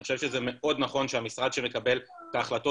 אני חושב שזה מאוד נכון שהמשרד שמקבל את ההחלטות